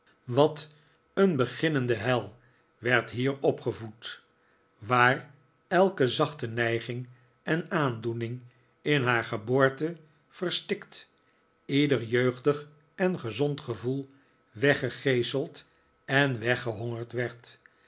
wat een beginnende hel werd hier opgevoed waar elke zachte neiging en aandoening in haar geboorte verstikt ieder jeugdig en gezond gevoel weggegeeseld en weggehongerd werd